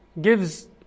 gives